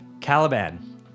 Caliban